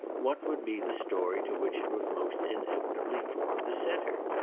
what would be the story to which it would most inevitably form the centre?